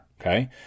okay